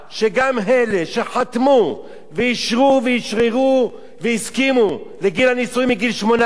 שגם אצל אלה שחתמו ואישרו ואשררו והסכימו לגיל הנישואין מגיל 18,